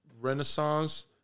renaissance